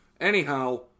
Anyhow